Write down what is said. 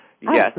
yes